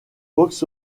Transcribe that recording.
box